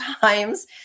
times